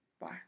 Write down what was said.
Bye